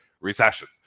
recession